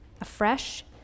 afresh